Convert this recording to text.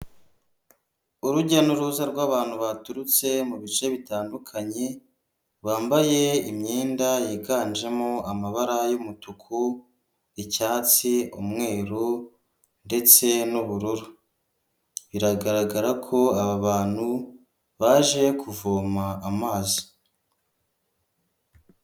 Urujya n'uruza rw'abantu baturutse mu bice bitandukanye bambaye imyenda yiganjemo amabara y'umutuku, icyatsi, umweru ndetse, n'ubururu biragaragara ko aba bantu baje kuvoma amazi.